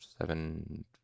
seven